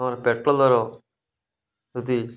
ତମର ପେଟ୍ରୋଲ୍ ଦର ଯଦି